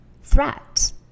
threat